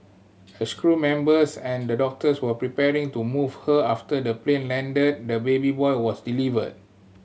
as crew members and the doctors were preparing to move her after the plane landed the baby boy was delivered